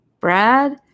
Brad